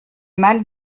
mal